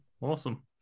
awesome